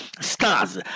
stars